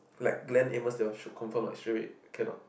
like gland even you confirm will sue it cannot